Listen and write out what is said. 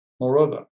Moreover